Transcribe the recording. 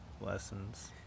lessons